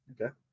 Okay